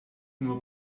nur